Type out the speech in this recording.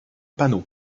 panneaux